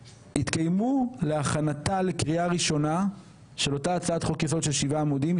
התקיימו להכנתה לקריאה ראשונה של אותה הצעת חוק-יסוד של שבעה עמודים,